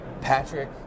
Patrick